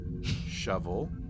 Shovel